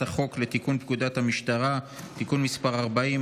חוק לתיקון פקודת המשטרה (תיקון מס' 40),